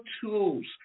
tools